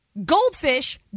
Goldfish